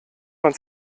man